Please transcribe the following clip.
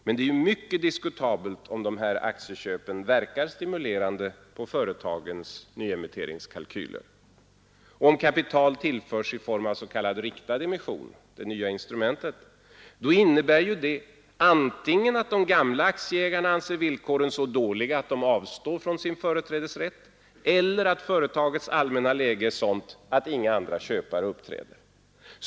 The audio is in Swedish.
Men det är mycket diskutabelt om de här aktieköpen verkar stimulerande på företagens nyemitteringskalkyler. Och om kapital tillförs i form av s.k. riktad emission — det nya instrumentet — innebär det antingen att de gamla aktieägarna anser villkoren så dåliga att de avstår från sin företrädesrätt eller att företagets allmänna läge är sådant att inga andra köpare uppträder.